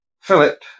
Philip